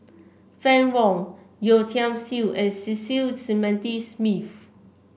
Fann Wong Yeo Tiam Siew and Cecil Clementi Smith